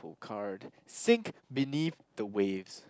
~ple card sink beneath the waves